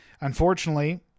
Unfortunately